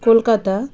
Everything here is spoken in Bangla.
কলকাতা